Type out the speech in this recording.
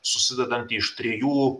susidedantį iš trijų